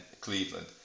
Cleveland